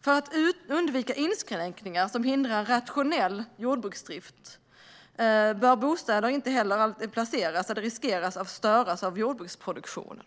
För att undvika inskränkningar som hindrar rationell jordbruksdrift bör bostäder inte placeras så att de riskerar att störas av jordbruksproduktionen.